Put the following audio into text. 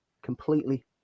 completely